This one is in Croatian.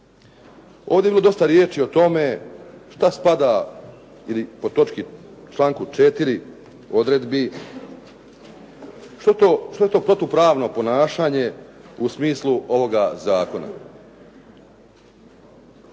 Ovdje je bilo dosta riječi i o tome što spada ili po članku 4. odredbi što je to protupravno ponašanje u smislu ovoga zakona?